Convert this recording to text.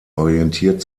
orientiert